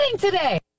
today